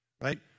right